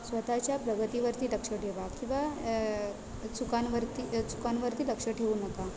स्वत च्या प्रगतीवरती लक्ष ठेवा किंवा चुकांवरती चुकांवरती लक्ष ठेवू नका